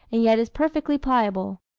and yet is perfectly pliable.